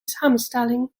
samenstelling